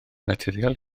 naturiol